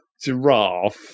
giraffe